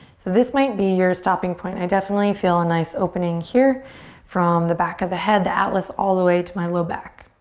so this might be your stopping point. i definitely feel a nice opening here from the back of the head, the atlas, all the way to my low back.